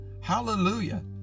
Hallelujah